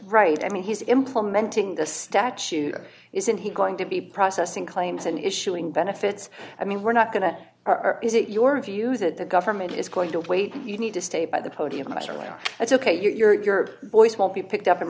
right i mean he's implementing the statute isn't he going to be processing claims and issuing benefits i mean we're not going to are is it your view that the government is going to wait you need to stay by the podium and that's ok your voice will be picked up and